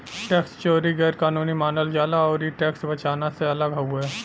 tax चोरी गैर कानूनी मानल जाला आउर इ टैक्स बचाना से अलग हउवे